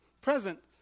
present